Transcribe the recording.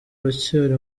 uracyari